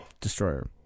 Destroyer